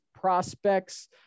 Prospects